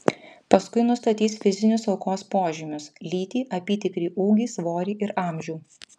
paskui nustatys fizinius aukos požymius lytį apytikrį ūgį svorį ir amžių